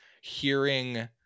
hearing